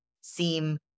seem